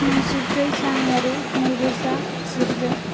नैजिब्रै जानुवारि नैरोजा जिब्रै